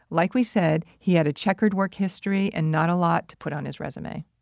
like we said, he had a checkered work history and not a lot to put on his resume.